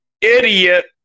idiot